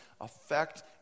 affect